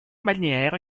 balnéaire